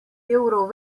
evrov